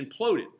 imploded